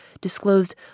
disclosed